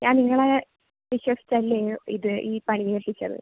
ഞാൻ നിങ്ങളെ വിശ്വസിച്ച് അല്ലേ ഇത് ഈ പണി ഏൽപ്പിച്ചത്